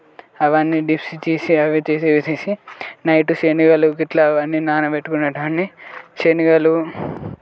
అవన్నీ డిప్స్ తీసి అవి తీసేసి నైట్ శనగలు ఇట్లా ఇవన్నీ నానబెట్టుకునేటి వాడ్ని శనగలు